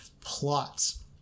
plots